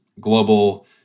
global